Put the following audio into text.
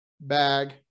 bag